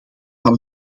van